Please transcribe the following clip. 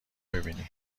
میبینی